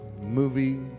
movie